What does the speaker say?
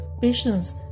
patients